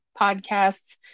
podcasts